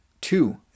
two